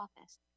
office